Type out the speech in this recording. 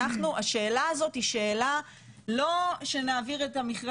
השאלה הזאת היא שאלה לא שנעביר את המכרה